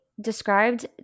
described